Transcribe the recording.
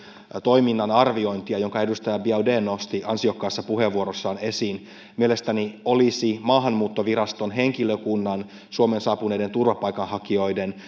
toiminnan arviointia jonka edustaja biaudet nosti ansiokkaassa puheenvuorossaan esiin mielestäni olisi maahanmuuttoviraston henkilökunnan suomeen saapuneiden turvapaikanhakijoiden